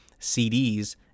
CDs